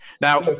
Now